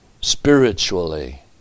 spiritually